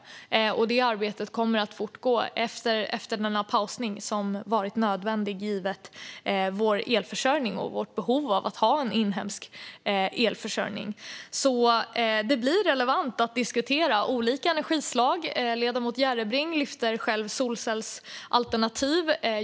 Det arbetet kommer att fortsätta efter denna pausning, som har varit nödvändig givet vår elförsörjning och vårt behov av att ha en inhemsk elförsörjning. Det blir relevant att diskutera olika energislag. Ledamoten Järrebring lyfter upp solcellsalternativ.